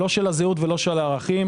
לא של הזהות ולא של הערכים.